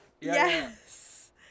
Yes